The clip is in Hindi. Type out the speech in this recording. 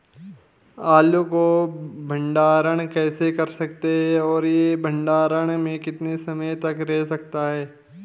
आलू को भंडारण कैसे कर सकते हैं और यह भंडारण में कितने समय तक रह सकता है?